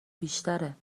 بیشتره